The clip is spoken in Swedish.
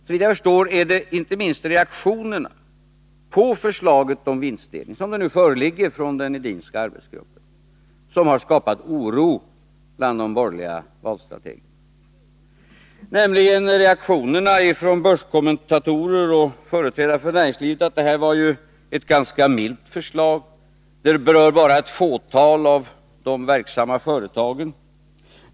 Såvitt jag förstår är det i stället reaktionerna på förslaget om vinstdelning, som nu föreligger från den Edinska arbetsgruppen, som har skapat oro bland de borgerliga valstrategerna. Från börskommentatorer och företrädare för näringslivet är reaktionerna att detta var ett ganska milt förslag, det berör bara ett fåtal av de verksamma företagen.